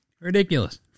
Ridiculous